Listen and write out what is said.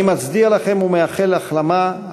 אני מצדיע לכם ומאחל החלמה,